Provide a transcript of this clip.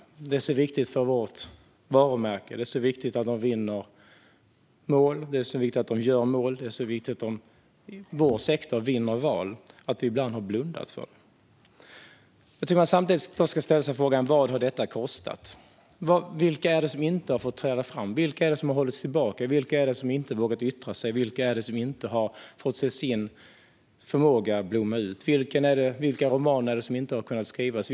De är så viktiga för vårt varumärke. Det är så viktigt att de gör mål. Det är så viktigt att vår sektor vinner val att vi ibland har blundat. Jag tycker att man samtidigt ska ställa sig frågan vad detta har kostat. Vilka är det som inte har fått träda fram? Vilka är det som hållits tillbaka? Vilka är det som inte vågat yttra sig? Vilka är det som inte fått se sin förmåga blomma ut? Vilka romaner har inte kunnat skrivas?